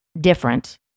different